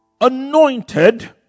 anointed